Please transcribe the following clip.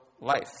life